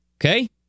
Okay